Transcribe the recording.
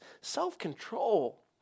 self-control